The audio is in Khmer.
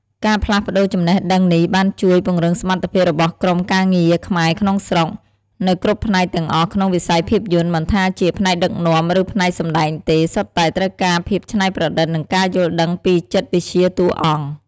ការផ្លាស់ប្តូរចំណេះដឹងនេះបានជួយ ពង្រឹងសមត្ថភាពរបស់ក្រុមការងារខ្មែរក្នុងស្រុក នៅគ្រប់ផ្នែកទាំងអស់ក្នុងិស័យភាពយន្ត មិនថាជា ផ្នែកដឹកនាំ ឬ ផ្នែកសម្តែងទេ សុទ្ធតែ ត្រូវការភាពច្នៃប្រឌិត និងការយល់ដឹងពីចិត្តវិទ្យាតួអង្គ។